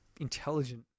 intelligent